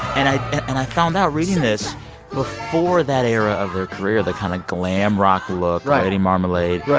and i and i found out reading this before that era of their career, the kind of glam rock look. right. lady marmalade. right.